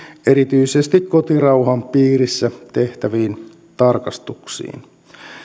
erityisesti kotirauhan piirissä tehtäviin tarkastuksiin